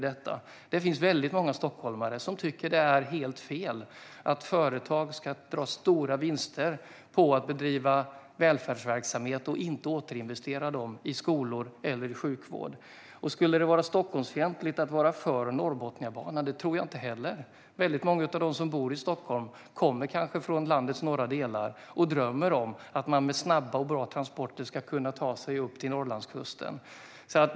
Det finns väldigt många stockholmare som tycker att det är helt fel att företag ska göra stora vinster på att bedriva välfärdsverksamhet och inte återinvestera vinsterna i skolor eller i sjukvård. Att det skulle vara Stockholmsfientligt att vara för Norrbotniabanan tror jag inte heller. Väldigt många av dem som bor i Stockholm kommer kanske från landets norra delar och drömmer om att de med snabba och bra transporter ska kunna ta sig upp till Norrlandskusten.